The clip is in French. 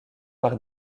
par